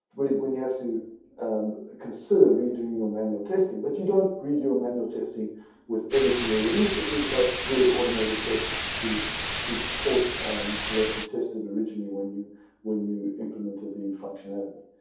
we have to and consider redoing your manual testing. but you don't redo a manual testing with every single release if you've got good automated tests to to support what you tested originally when you when you implemented the functionality.